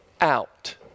out